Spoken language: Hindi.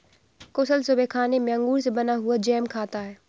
कुशल सुबह खाने में अंगूर से बना हुआ जैम खाता है